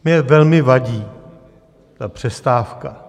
Mně velmi vadí ta přestávka.